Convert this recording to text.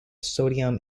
sodium